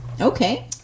Okay